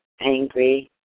angry